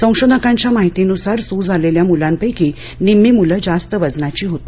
संशोधकांच्या माहितीनुसार सूज आलेलया मुलांपैकी निम्मी मुलं जास्त वजनाची होती